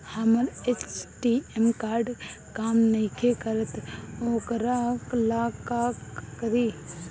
हमर ATM card काम नईखे करत वोकरा ला का करी?